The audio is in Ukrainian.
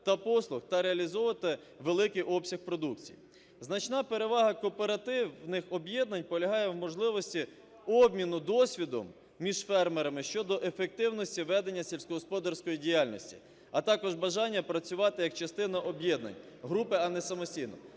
та послуг та реалізовувати великий обсяг продукції. Значна перевага кооперативних об'єднань полягає в можливості обміну досвідом між фермерами щодо ефективності ведення сільськогосподарської діяльності, а також бажання працювати як частина об'єднань, групи, а не самостійно.